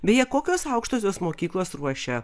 beje kokios aukštosios mokyklos ruošia